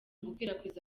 gukwirakwiza